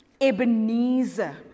Ebenezer